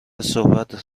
صحبت